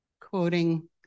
Quoting